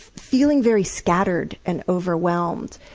feeling very scattered and overwhelmed.